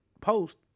post